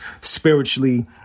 spiritually